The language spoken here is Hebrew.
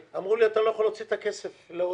ואמרו לי: אתה לא יכול להוציא את הכסף להודעה,